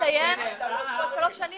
נצביע על ארבע שנים